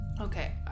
Okay